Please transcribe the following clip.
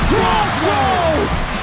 Crossroads